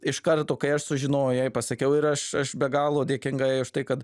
iš karto kai aš sužinojau jai pasakiau ir aš be galo dėkinga jai už tai kad